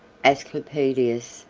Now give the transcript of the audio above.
asclepiodatus,